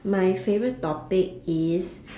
my favourite topic is